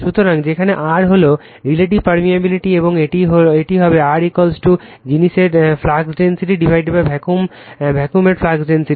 সুতরাং যেখানে r হল রিলেটিভ পারমিয়াবিলিটি এবং এটি হবে r জিনিসের ফ্লাক্স ডেনসিটি ভ্যাকুয়ামের ফ্লাক্স ডেনসিটি